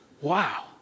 Wow